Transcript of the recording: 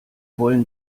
wollen